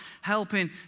helping